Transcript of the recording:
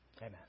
Amen